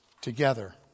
together